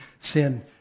sin